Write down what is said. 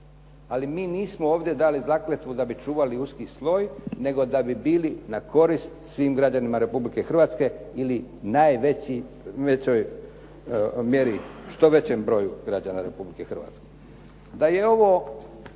Ali mi nismo ovdje dali zakletvu da bi čuvali uski sloj, nego da bi bili na korist svim građanima Republike Hrvatske ili najvećoj mjeri, što većem broju građana Republike Hrvatske.